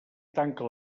tanca